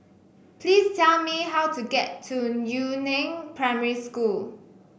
please tell me how to get to Yu Neng Primary School